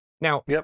Now